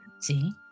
See